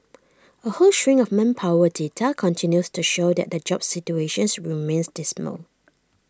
A whole string of manpower data continues to show that the jobs situation remains dismal